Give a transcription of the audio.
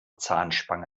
zahnspange